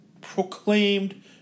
proclaimed